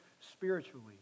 spiritually